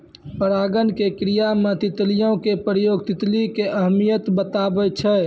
परागण के क्रिया मे तितलियो के प्रयोग तितली के अहमियत बताबै छै